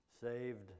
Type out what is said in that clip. Saved